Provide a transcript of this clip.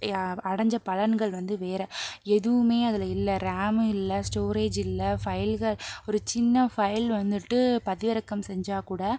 அடஞ்ச பலன்கள் வந்து வேறு எதுவுமே அதில் இல்லை ரேமு இல்லை ஸ்டோரேஜ் இல்லை ஃபைல்கள் ஒரு சின்ன ஃபைல் வந்துட்டு பதிவிறக்கம் செஞ்சால் கூட